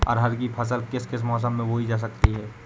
अरहर की फसल किस किस मौसम में बोई जा सकती है?